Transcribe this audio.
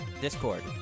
Discord